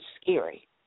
scary